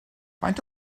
faint